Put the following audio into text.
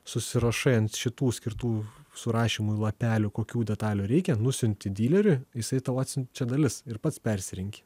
susirašai ant šitų skirtų surašymui lapelių kokių detalių reikia nusiunti dyleriui jisai tau atsiunčia dalis ir pats persirenki